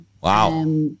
Wow